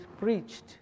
preached